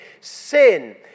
Sin